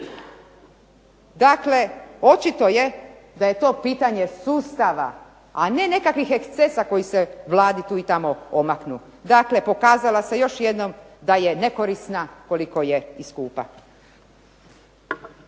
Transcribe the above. Dakle, očito je da je to pitanje sustava, a ne nekakvih ekscesa koji se Vladi tu i tamo omaknu. Dakle, pokazala se još jednom da je nekorisna koliko je i skupa.